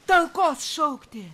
talkos šokti